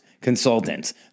consultants